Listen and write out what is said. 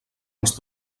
els